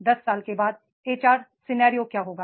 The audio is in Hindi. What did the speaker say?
10साल केबाद एच आर सिनेरियो क्या होगा